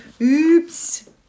Oops